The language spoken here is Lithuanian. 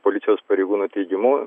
policijos pareigūno teigimu